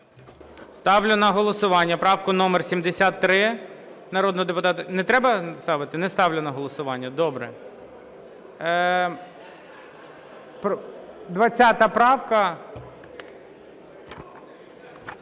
Ставлю на голосування правку номер 20.